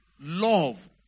love